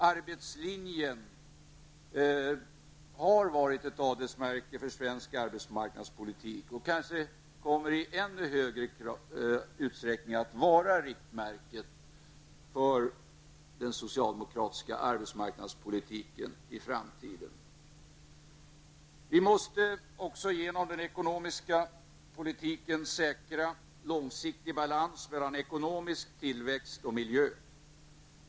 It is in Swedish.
Arbetslinjen har varit ett adelsmärke för svensk arbetsmarknadspolitik och kommer kanske i ännu större utsträckning att vara riktmärket för den socialdemokratiska arbetsmarknadspolitiken i framtiden. Vi måste också genom den ekonomiska politiken säkra långsiktig balans mellan ekonomisk tillväxt och miljö.